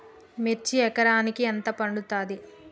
మిర్చి ఎకరానికి ఎంత పండుతది?